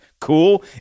Cool